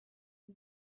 who